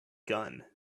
gun